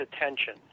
attention